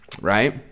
right